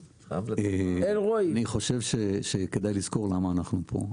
אני חושב שכדאי לזכור למה אנחנו פה.